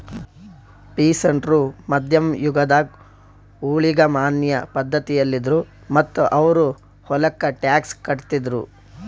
peasant ರು ಮಧ್ಯಮ್ ಯುಗದಾಗ್ ಊಳಿಗಮಾನ್ಯ ಪಧ್ಧತಿಯಲ್ಲಿದ್ರು ಮತ್ತ್ ಅವ್ರ್ ಹೊಲಕ್ಕ ಟ್ಯಾಕ್ಸ್ ಕಟ್ಟಿದ್ರು